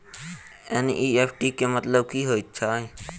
NEFT केँ मतलब की हएत छै?